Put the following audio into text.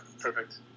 Perfect